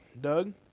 Doug